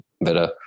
better